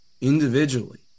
individually